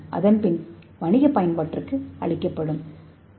அவை மனித பயன்பாட்டிற்கு வணிக சந்தையில் கிடைக்கச் செய்கின்றன